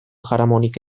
jaramonik